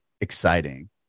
exciting